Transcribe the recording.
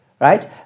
right